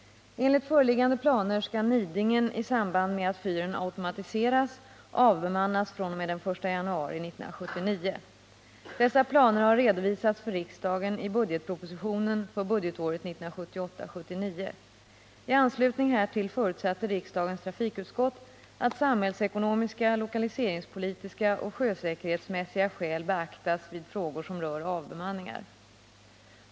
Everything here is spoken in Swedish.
Enligt föreliggande planer skall Nidingen i samband med att fyren automatiseras avbemannas fr.o.m. den 1 januari 1979. Dessa planer har redovisats för riksdagen i budgetpropositionen för budgetåret 1978/79. I anslutning härtill förutsatte riksdagens trafikutskott att samhällsekonomiska, lokaliseringspolitiska och sjösäkerhetsmässiga skäl beaktas vid frågor som rör avbemanningar.